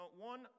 one